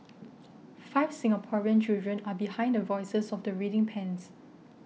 five Singaporean children are behind the voices of the reading pens